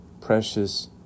precious